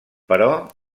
però